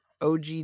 OG